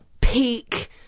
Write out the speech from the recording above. peak